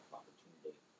opportunity